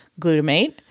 glutamate